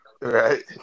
Right